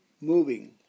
moving